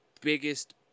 biggest